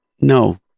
No